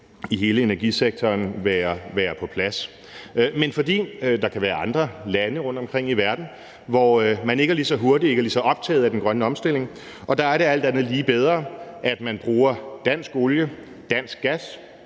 i hele energisektoren være på plads. Men der kan være andre lande rundtomkring i verden, hvor man ikke er lige så hurtig og ikke er lige så optaget af den grønne omstilling, og der er det alt andet lige bedre, at man bruger dansk olie og dansk gas